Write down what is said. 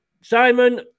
Simon